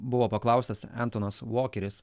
buvo paklaustas entonas volkeris